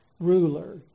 ruler